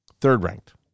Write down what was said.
Third-ranked